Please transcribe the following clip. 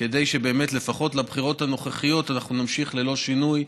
כדי שלפחות בבחירות הנוכחיות נמשיך ללא שינוי.